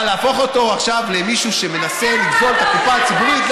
אבל להפוך אותו עכשיו למישהו שמנסה לגזול את הקופה הציבורית?